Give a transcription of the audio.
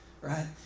Right